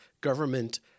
Government